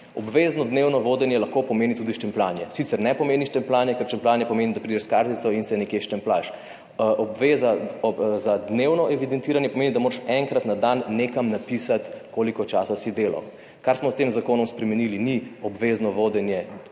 Obvezno dnevno vodenje lahko pomeni tudi štempljanje, sicer ne pomeni štempljanje, ker šampljanje pomeni, da prideš s kartico in se nekje štempljaš. Obveza za dnevno evidentiranje pomeni, da moraš enkrat na dan nekam napisati, koliko časa si delal. Kar smo s tem zakonom spremenili, ni obvezno vodenje,